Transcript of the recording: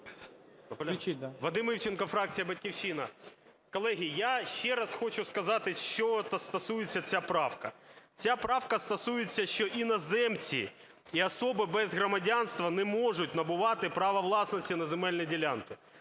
Вадим Івченко, фракція "Батьківщина". Колеги, я ще раз хочу сказати, чого стосується ця правка. Ця правка стосується, що іноземці і особи без громадянства не можуть набувати права власності на земельні ділянки.